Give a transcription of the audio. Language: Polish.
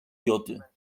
joty